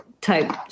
type